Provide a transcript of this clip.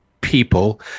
people